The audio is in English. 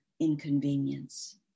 inconvenience